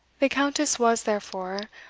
the countess was, therefore,